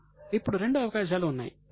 ఇప్పుడు రెండు అవకాశాలు ఉన్నాయి